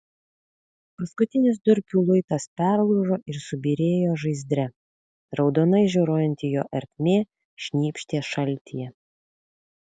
paskutinis durpių luitas perlūžo ir subyrėjo žaizdre raudonai žioruojanti jo ertmė šnypštė šaltyje